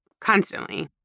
constantly